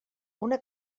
una